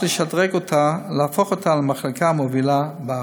לשדרג אותה ולהפוך אותה למחלקה המובילה בארץ.